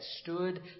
stood